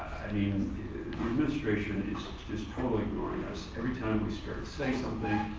i mean the administration is is totally ignoring us. every time we start saying so